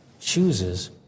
chooses